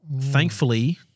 thankfully